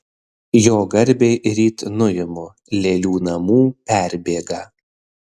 jo garbei ryt nuimu lėlių namų perbėgą